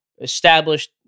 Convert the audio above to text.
Established